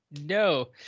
No